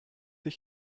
ich